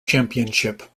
championship